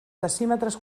decímetres